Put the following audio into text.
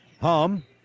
Hum